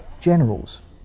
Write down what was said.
generals